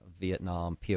Vietnam